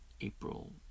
April